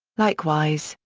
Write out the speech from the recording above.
likewise,